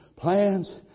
Plans